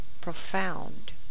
profound